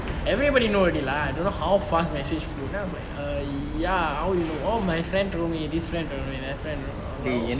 everybody know already lah I don't know how fast message flew then I was like err ya how you know oh my friend told me this friend told me that friend told me !walao!